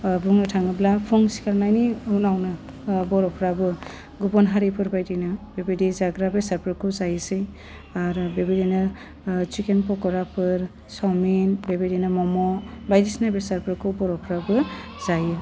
बुंनो थाङोब्ला फुं सिखारनायनि उनावनो बर'फ्राबो गुबुन हारिफोर बायदिनो बेबायदि जाग्रा बेसादफोरखौ जायोसै आरो बेबायदिनो चिकेन पख'राफोर चावमिन बे बायदिनो म'म' बायदिसिना बेसादफोरखौ बर'फ्राबो जायो